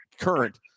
current